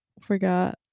forgot